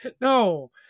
No